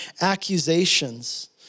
accusations